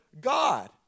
God